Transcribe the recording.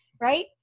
right